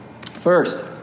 First